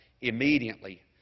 immediately